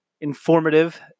informative